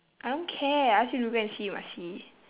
I don't care I ask you to go and see you must see